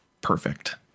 perfect